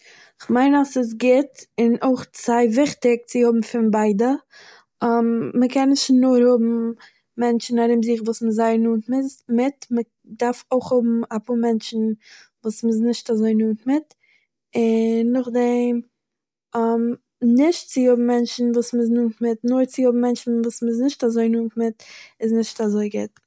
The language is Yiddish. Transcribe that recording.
כ'מיין אז ס'איז גוט און אויך סיי וויכטיג צו האבן פון ביידע, מ'קען נישט נאר האבן מענטשן ארום זיך וואס מ'איז זייער נאענט מיז- מיט. מ'דארף אויך האבן א פאר מענטשן וואס מ'איז נישט אזוי נאענט מיט, און נאכדעם, נישט צו האבן מענטשן וואס מ'איז נאענט מיט, נאר צו האבן מענטשן וואס מ'איז נישט אזוי נאענט מיט, איז נישט אזוי גוט